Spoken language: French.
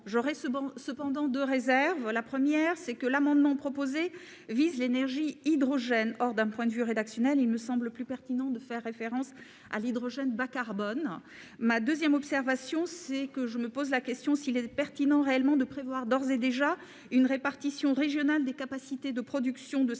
J'émets cependant deux réserves. La première, c'est que l'amendement vise l'énergie hydrogène ; or, d'un point de vue rédactionnel, il me semble plus pertinent de faire référence à l'hydrogène bas-carbone. La deuxième, c'est que je me demande s'il est réellement pertinent de prévoir d'ores et déjà une répartition régionale des capacités de production d'hydrogène